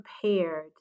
prepared